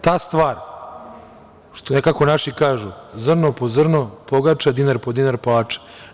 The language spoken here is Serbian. Ta stvar, kako naši kažu – zrno, po zrno pogača, dinar, po dinar palača.